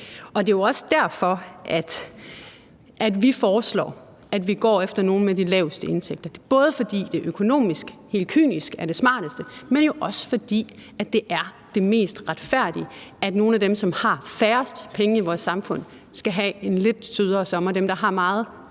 Det er også derfor, vi foreslår, at vi tilgodeser nogle med de laveste indtægter. Det er, både fordi det økonomisk helt kynisk er det smarteste, men jo også, fordi det er det mest retfærdige, at nogle af dem, som har færrest penge i vores samfund, skal have en lidt sødere sommer. Dem, der har meget,